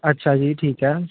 ਅੱਛਾ ਜੀ ਠੀਕ ਹੈ